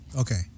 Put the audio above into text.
Okay